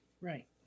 right